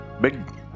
big